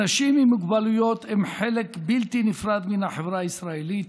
אנשים עם מוגבלויות הם חלק בלתי נפרד מן החברה הישראלית,